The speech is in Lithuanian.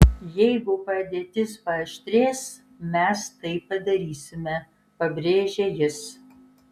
jeigu padėtis paaštrės mes tai padarysime pabrėžė jis